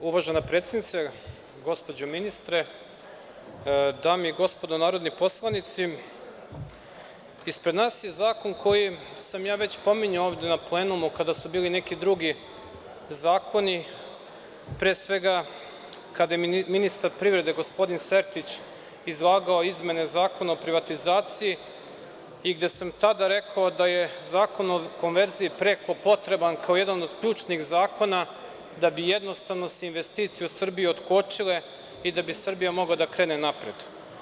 Uvažena predsednice, gospođo ministre, dame i gospodo narodni poslanici, ispred nas je zakon kojim sam već pominjao ovde na plenumu kada su bili neki drugi zakoni, pre svega, kada je ministar privrede gospodin Sertić izlagao izmene Zakona o privatizaciji, i gde sam tada rekao da je Zakon o konverziji preko potreban kao jedan od ključnih zakona da bi jednostavno se investicije u Srbiji otkočile i da bi Srbija mogla da krene napred.